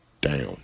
down